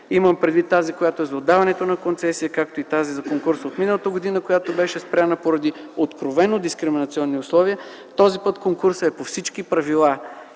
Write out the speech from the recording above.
имам предвид тази, която е за отдаването на концесия, както и тази за конкурса от миналата година, която беше спряна, поради откровено дискриминационни условия, този път конкурсът е по всички правила